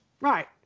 Right